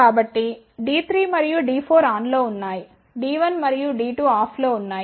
కాబట్టి D3 మరియు D4 ఆన్లో ఉన్నాయి D1 మరియు D2 ఆఫ్లో ఉన్నాయి